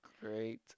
Great